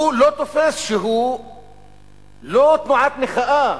הוא לא תופס שהוא לא תנועת מחאה